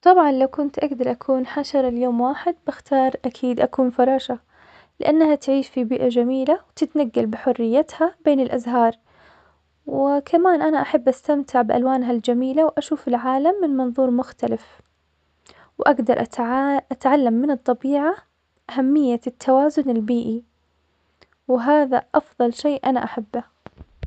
طبعا لو كنت أقدر أكون حشرة ليوم واحد, طبعا باختار أكيد أكون فراشة, لأنها تعيش في بيئة جميلة وتتنقل بحريتها بين الأزهار, وكمان أنا أحب استمتع بألوانها الجميلة واشوف العالم من منظور مختلف, اقد أتعلم من الطبيعة أهمية التوازن البيئي, وهذا أفضل شي أنا أحبه.